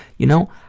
you know,